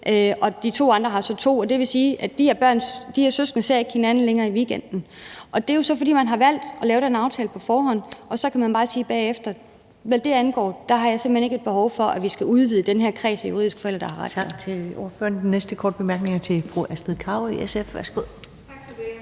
og de to andre har så to , og det vil sige, at de her søskende ikke længere ser hinanden i weekenden. Det er jo så, fordi man har valgt at lave den aftale på forhånd, og så må jeg bare sige bagefter, at hvad det angår, har jeg simpelt hen ikke et behov for, at vi skal udvide den her kreds af juridiske forældre. Kl. 19:04 Første næstformand (Karen Ellemann): Tak til ordføreren. Den næste korte bemærkning er til fru Astrid Carøe, SF. Værsgo.